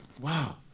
Wow